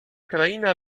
kraina